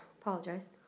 Apologize